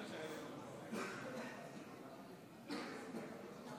אני קובע שהצעת חוק-יסוד: השפיטה (תיקון מס'